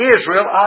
Israel